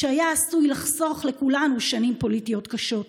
שהיה עשוי לחסוך לכולנו שנים פוליטיות קשות.